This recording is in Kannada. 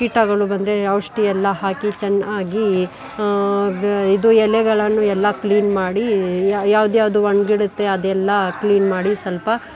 ಕೀಟಗಳು ಬಂದರೆ ಔಷಧಿ ಎಲ್ಲ ಹಾಕಿ ಚೆನ್ನಾಗಿ ಇದು ಎಲೆಗಳನ್ನು ಎಲ್ಲ ಕ್ಲೀನ್ ಮಾಡಿ ಯಾವ ಯಾವ್ದ್ಯಾವ್ದು ಒಣ್ಗಿರುತ್ತೆ ಅದೆಲ್ಲ ಕ್ಲೀನ್ ಮಾಡಿ ಸ್ವಲ್ಪ